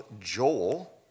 Joel